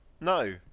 No